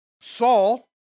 Saul